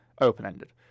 Open-ended